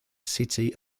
city